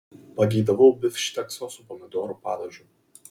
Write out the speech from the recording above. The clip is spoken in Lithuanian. pageidavau bifštekso su pomidorų padažu